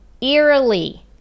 eerily